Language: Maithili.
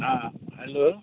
हँ हेल्लो